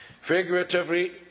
Figuratively